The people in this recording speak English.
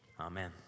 Amen